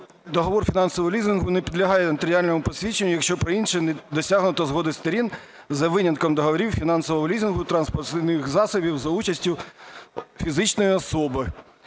"Договір фінансового лізингу не підлягає нотаріальному посвідченню, якщо про інше не досягнуто згоди сторін, за винятком договорів фінансового лізингу транспортних засобів за участю фізичної особи".